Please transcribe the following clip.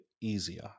easier